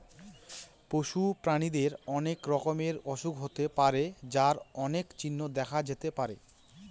পশু প্রাণীদের অনেক রকমের অসুখ হতে পারে যার অনেক চিহ্ন দেখা যেতে পারে